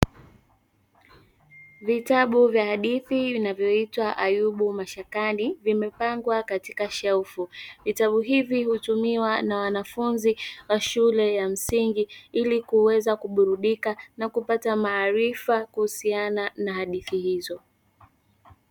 Vitabu vya hadithi vinavyoitwa "Ayubu Mashakani", vimepangwa katika shelfu. Vitabu hivi hutumiwa na wanafunzi wa shule ya msingi, ili kuweza kuburudika na kupata maarifa kuhusiana na hadithi hizo.